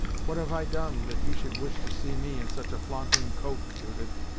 what have i done that you should wish to see me in such a flaunting coat, judith?